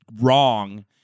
wrong